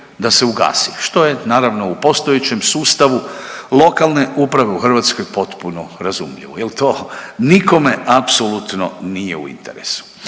da se ugasi, što je naravno u postojećem sustavu lokalne uprave u Hrvatskoj potpuno razumljivo jel to nikome apsolutno nije u interesu.